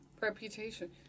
reputation